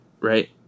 right